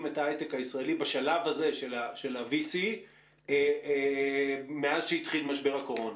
את ההיי-טק הישראלי בשלב הזה של ה-VC מאז שהתחיל משבר הקורונה?